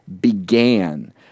began